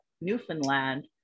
Newfoundland